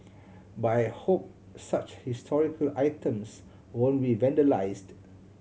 but I hope such historical items won't be vandalised